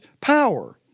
power